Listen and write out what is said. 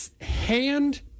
hand